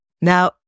Now